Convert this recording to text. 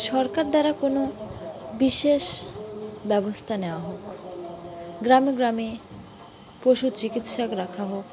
সরকার দ্বারা কোনো বিশেষ ব্যবস্থা নেওয়া হোক গ্রামে গ্রামে পশু চিকিৎসক রাখা হোক